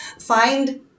find